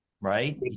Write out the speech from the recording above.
right